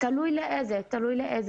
תלוי לאיזה תנועה.